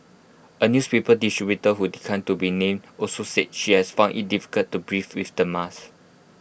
A newspaper distributor who declined to be named also said she has found IT difficult to breathe with the mask